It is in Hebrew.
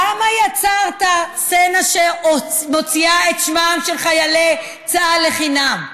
למה יצרת סצנה שמוציאה את שמם של חיילי צה"ל לחינם?